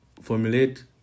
Formulate